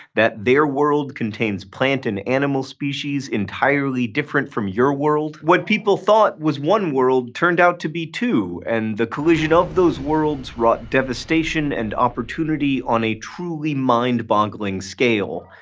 that their world contains plant and animal species entirely different from your world. what people thought was one world turned out to be two, and the collision of those worlds wrought devastation and opportunity on a truly mind-boggling scale.